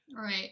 Right